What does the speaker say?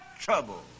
trouble